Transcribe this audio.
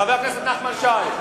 חבר הכנסת נחמן שי?